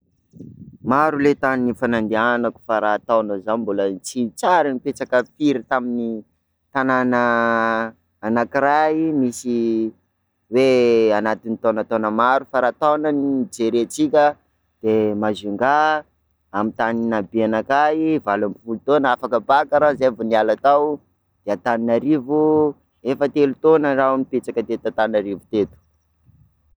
Maro ley tany efa nandianako, fa raha taona zao, mbola ts- tsy ary nipetraka firy tamin'ny tànana anakiray misy hoe anatin'ny taonataona maro fa raha taona no jerentsika de Majunga amy tany nahabe anakahy, valo ambin'ny folo taona afaka baka raha zay vao niala tao de Antananarivo, efa telo taona r'aho nipetraka tan'Antananarivo teto.